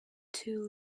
two